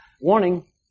Warning